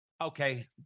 okay